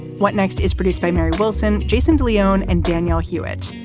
what next is produced by mary wilson, jason de leon and danielle hewitt.